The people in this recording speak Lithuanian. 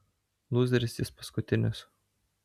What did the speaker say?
lūzeris jis paskutinis